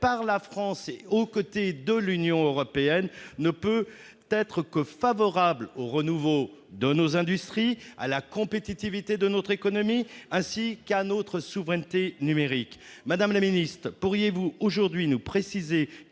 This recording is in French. par la France, et aux côtés de l'Union européenne, ne peut qu'être favorable au renouveau de nos industries, à la compétitivité de notre économie, ainsi qu'à notre souveraineté numérique. Madame la ministre, pourriez-vous aujourd'hui nous préciser